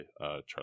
Charlie